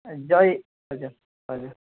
जय हजुर हजुर